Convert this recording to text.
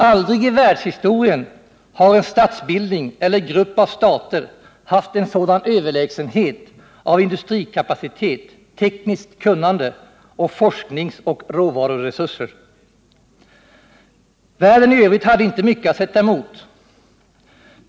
Aldrig i världshistorien har en statsbildning eller grupp av stater haft en sådan överlägsenhet av industrikapacitet, tekniskt kunnande och forskningsoch råvaruresurser. Världen i övrigt hade inte mycket att sätta emot.